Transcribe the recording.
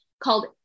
called